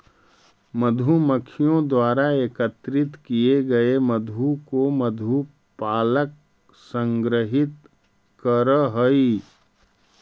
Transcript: मधुमक्खियों द्वारा एकत्रित किए गए मधु को मधु पालक संग्रहित करअ हई